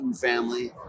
family